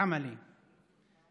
הערבית